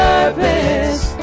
purpose